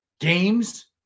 games